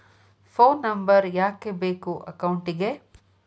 Phone number ಯಾಕೆ ಬೇಕು ಅಕೌಂಟಿಗೆ?